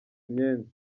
imyenda